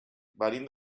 venim